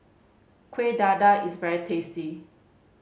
Kueh Dadar is very tasty